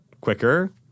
quicker